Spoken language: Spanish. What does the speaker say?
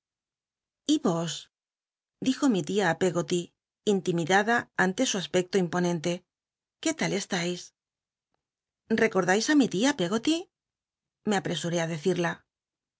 y vos dijo mi tia í peggoly intimidada ante su aspecto imponente qué tal eslais flecordais á mi tia peggoty me apresuré i decirla